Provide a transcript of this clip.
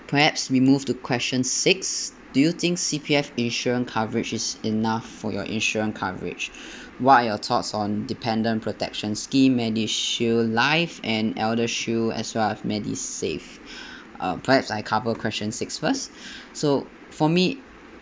perhaps we move to question six do you think C_P_F insurance coverage is enough for your insurance coverage what is your thoughts on dependent protection scheme medishield life and eldershield as well as medisave uh perhaps I cover question six first so for me